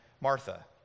Martha